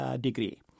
degree